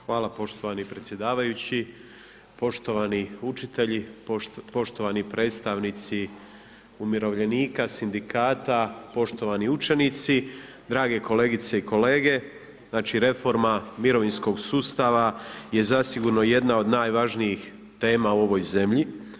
Hvala poštovani predsjedavajući, poštovani učitelji, poštovani predstavnici umirovljenika, sindikata, poštovani učenici, drage kolegice i kolege, znači reforma mirovinskog sustava je zasigurno jedna od najvažnijih tema u ovoj zemlji.